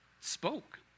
spoke